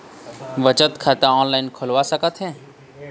बचत खाता ऑनलाइन खोलवा सकथें?